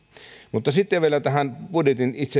mutta sitten vielä itse tähän budjetin